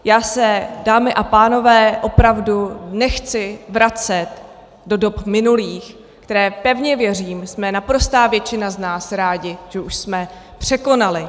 Já se, dámy a pánové, opravdu nechci vracet do dob minulých, které, pevně věřím, jsme naprostá většina z nás rádi, že už jsme překonali.